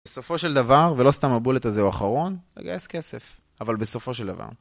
בסופו של דבר, ולא סתם הבולט הזה הוא אחרון, לגייס כסף, אבל בסופו של דבר.